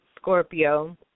Scorpio